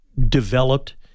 developed